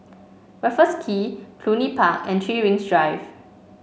Raffles Quay Cluny Park and Three Rings Drive